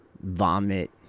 Vomit